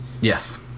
Yes